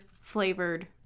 flavored